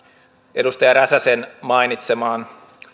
edustaja räsäsen mainitseman